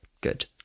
good